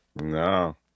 No